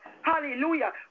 Hallelujah